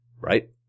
right